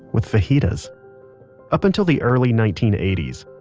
with fajitas up until the early nineteen eighty s,